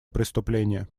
преступление